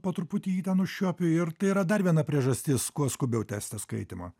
po truputį jį ten užčiuopiu ir tai yra dar viena priežastis kuo skubiau tęsti skaitymą